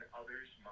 others